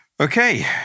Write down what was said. okay